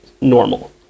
normal